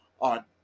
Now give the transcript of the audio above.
on